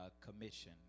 commission